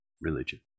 religion